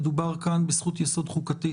כי מדובר כאן בזכות יסוד חוקתית.